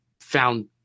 found